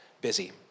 busy